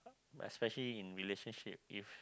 especially in relationship if